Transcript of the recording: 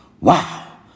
wow